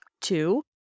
Two